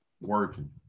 working